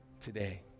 today